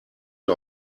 wir